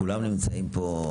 כולם נמצאים פה,